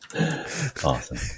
Awesome